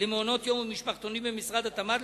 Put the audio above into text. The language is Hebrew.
למעונות-יום ומשפחתונים במשרד התמ"ת,